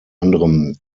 anderem